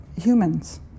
humans